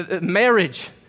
marriage